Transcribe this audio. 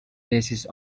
basis